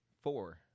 Four